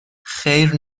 خیر